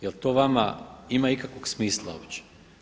Jel' to vama ima ikakvog smisla uopće?